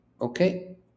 Okay